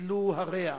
חדלו הרע.